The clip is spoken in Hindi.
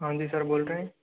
हाँ जी सर बोल रहे